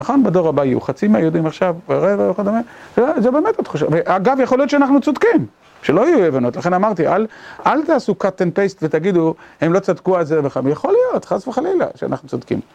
נכון? בדור הבא יהיו חצי מהיהודים עכשיו, ורבע וכדומה, זה באמת התחושה. אגב, יכול להיות שאנחנו צודקים, שלא יהיו אי הבנות. לכן אמרתי, אל תעשו cut and paste ותגידו, הם לא צדקו על זה בכלל. יכול להיות, חס וחלילה, שאנחנו צודקים.